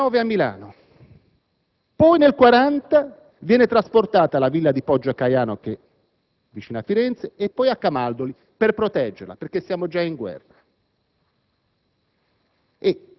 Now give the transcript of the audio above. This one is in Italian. nel 1939, a Milano. Nel 1940 viene trasportata alla villa di Poggio a Caiano, vicino Firenze, e poi a Camaldoli, per proteggerla, perché siamo già in guerra.